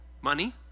Money